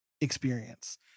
experience